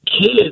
kids